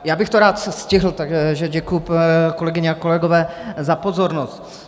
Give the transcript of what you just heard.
Já bych to rád stihl, takže děkuji, kolegyně a kolegové, za pozornost.